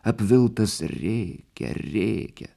apviltas rėkia rėkia